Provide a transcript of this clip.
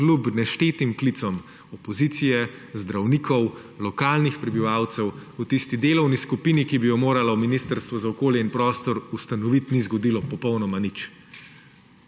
kljub neštetim klicem opozicije, zdravnikov, lokalnih prebivalcev, v tisti delovni skupini, ki bi jo moralo Ministrstvo za okolje in prostor moralo ustanoviti, ni zgodilo popolnoma nič?